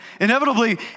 Inevitably